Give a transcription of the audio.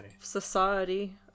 society